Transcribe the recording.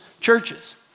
churches